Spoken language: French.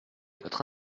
votre